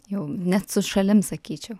jau net su šalim sakyčiau